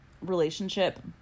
relationship